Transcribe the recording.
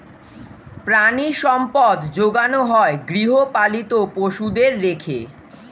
প্রাণিসম্পদ যোগানো হয় গৃহপালিত পশুদের রেখে